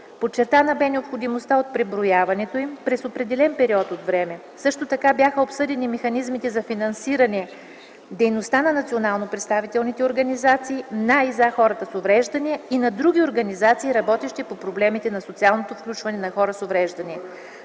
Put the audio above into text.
Подчертана бе необходимостта от преброяването им през определен период от време. Също така бяха обсъдени механизмите за финансиране дейността на национално представителните организации на и за хора с увреждания и на други организации, работещи по проблемите на социалното включване на хората с увреждания.